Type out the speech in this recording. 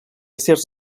certs